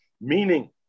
meaning